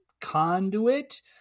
conduit